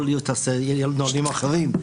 כל עיר תעשה נהלים אחרים.